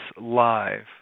live